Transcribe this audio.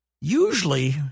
usually